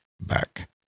back